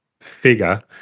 figure